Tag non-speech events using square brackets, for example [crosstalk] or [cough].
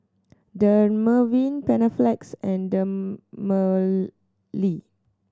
Dermaveen Panaflex and [unintelligible]